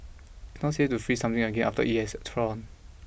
not safe to freeze something again after it has thawed